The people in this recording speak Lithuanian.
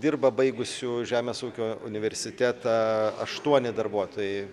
dirba baigusių žemės ūkio universitetą aštuoni darbuotojai